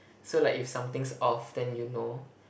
so like if something's off then you know